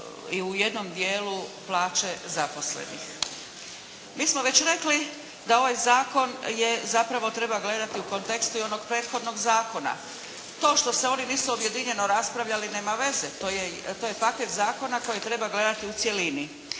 i u jednom dijelu plaće zaposlenih. Mi smo već rekli da ovaj zakon je zapravo treba gledati u kontekstu i onog prethodno zakona. To što se oni nisu objedinjeno raspravljali, nema veze, to je papir zakona koji treba gledati u cjelini.